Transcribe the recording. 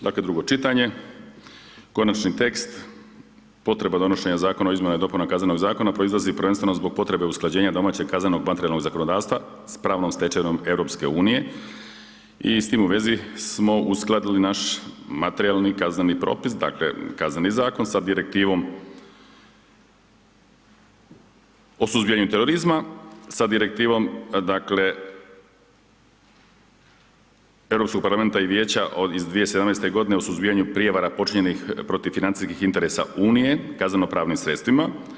Dakle drugo čitanje, konačni tekst, potreba donošenja Zakona o izmjenama i dopunama Kaznenog zakona proizlazi prvenstveno zbog potrebe usklađenja domaćeg kaznenog materijalnog zakonodavstva sa pravnom stečevinom EU i s tim u vezi smo uskladili naš materijalni, kazneni propis, dakle Kazneni zakon sa Direktivom, o suzbijanju turizma, sa Direktivom dakle Europskog parlamenta i Vijeća iz 2017. o suzbijanju prijevara počinjenih protiv financijskih interesa Unije kazneno pravnim sredstvima.